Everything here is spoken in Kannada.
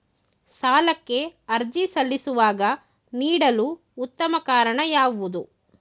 ಸಾಲಕ್ಕೆ ಅರ್ಜಿ ಸಲ್ಲಿಸುವಾಗ ನೀಡಲು ಉತ್ತಮ ಕಾರಣ ಯಾವುದು?